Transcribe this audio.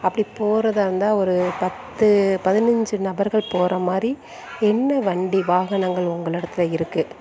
அப்படி போகிறதா இருந்தால் ஒரு பத்து பதினஞ்சு நபர்கள் போகிற மாதிரி என்ன வண்டி வாகனங்கள் உங்களிடத்தில் இருக்கு